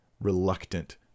reluctant